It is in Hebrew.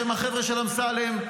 שהם החבר'ה של אמסלם.